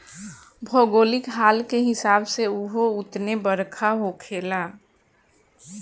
भौगोलिक हाल के हिसाब से उहो उतने बरखा होखेला